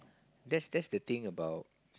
that's that's the thing about